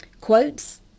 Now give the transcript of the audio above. quotes